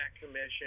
commission